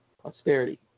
prosperity